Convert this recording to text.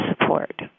support